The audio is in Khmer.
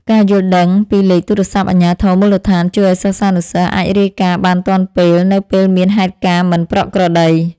ការយល់ដឹងពីលេខទូរស័ព្ទអាជ្ញាធរមូលដ្ឋានជួយឱ្យសិស្សានុសិស្សអាចរាយការណ៍បានទាន់ពេលនៅពេលមានហេតុការណ៍មិនប្រក្រតី។